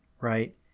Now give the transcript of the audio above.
right